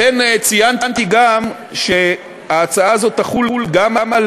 לכן ציינתי גם שההצעה הזאת תחול גם על